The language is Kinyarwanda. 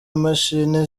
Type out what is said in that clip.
imashini